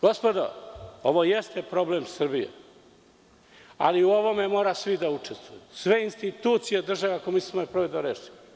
Gospodo, ovo jeste problem Srbije, ali u ovome moraju svi da učestvuju, sve institucije države, ako mislimo ovaj problem da rešimo.